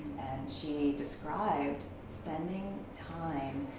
she described spending time,